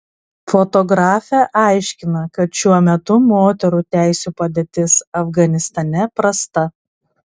fotografė aiškina kad šiuo metu moterų teisių padėtis afganistane prasta